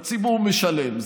הציבור משלם.